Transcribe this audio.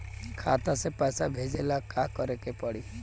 खाता से पैसा भेजे ला का करे के पड़ी?